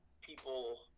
people